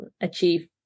achieve